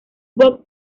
box